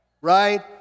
right